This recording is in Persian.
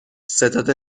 ستاد